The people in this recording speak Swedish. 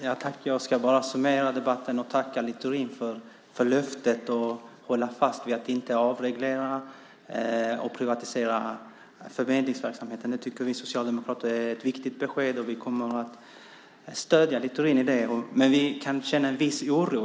Herr talman! Jag ska bara summera debatten och tacka Littorin för löftet om att hålla fast vid att inte avreglera och privatisera förmedlingsverksamheten. Det tycker vi socialdemokrater är ett viktigt besked, och vi kommer att stödja Littorin i det. Vi känner ändå en viss oro.